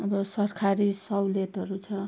अब सरकारी सहुलियतहरू छ